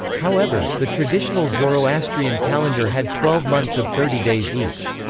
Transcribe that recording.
however, the traditional zoroastrian calendar had twelve months of thirty days each.